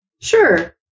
Sure